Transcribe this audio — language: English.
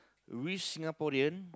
which Singaporean